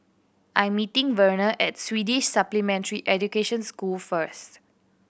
I'm meeting Verner at Swedish Supplementary Education School first